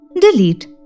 Delete